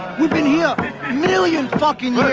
we've been here million fucking